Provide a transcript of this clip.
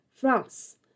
France